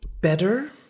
better